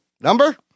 number